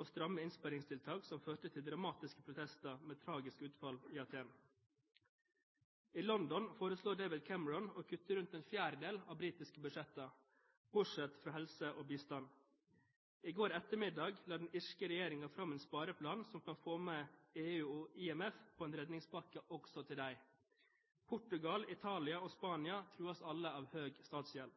og stramme innsparingstiltak, som førte til dramatiske protester med tragisk utfall i Aten. I London foreslår David Cameron å kutte ca. en fjerdedel av britiske budsjetter, bortsett fra innen helse og bistand. I går ettermiddag la den irske regjeringen fram en spareplan som kan få EU og IMF med på en redningspakke også for dem. Portugal, Italia og Spania trues alle av høy statsgjeld.